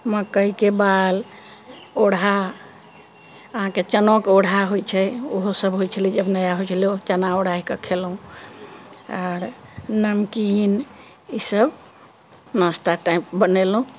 मकई के बालि ओढ़ा अहाँके चनो के ओढ़ा होइ छै ओहोसब होइ छलै जब नया होइ छलै चना ओढ़ा के खेलहुॅं आर नमकीन इसब नास्ता टाइप बनेलहुॅं